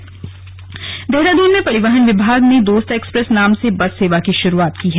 slug bus सेवा शुरू देहरादून में परिवहन विभाग ने दोस्त एक्सप्रेस नाम से बस सेवा की शुरुआत की है